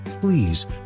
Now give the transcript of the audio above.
Please